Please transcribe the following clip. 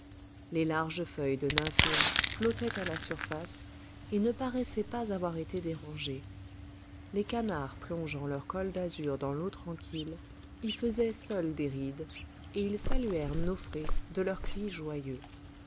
les larges feuilles de nymphæas flottaient à la surface et ne paraissaient pas avoir été dérangées les canards plongeant leurs cols d'azur dans l'eau tranquille y faisaient seuls des rides et ils saluèrent nofré de leurs cris joyeux